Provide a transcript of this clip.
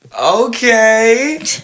Okay